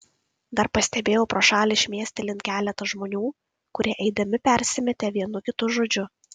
dar pastebėjau pro šalį šmėstelint keletą žmonių kurie eidami persimetė vienu kitu žodžiu